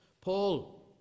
Paul